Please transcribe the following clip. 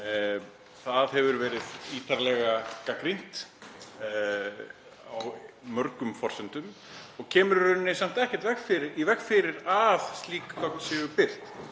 Það hefur verið ítarlega gagnrýnt á mörgum forsendum en kemur í rauninni samt ekki í veg fyrir að slík gögn séu birt.